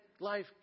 life